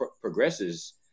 progresses